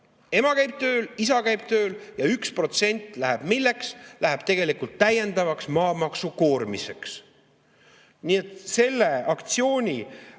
Ema käib tööl, isa käib tööl. Ja 1% läheb milleks? Läheb täiendavaks maamaksukoormiseks. Ja selle aktsiooniga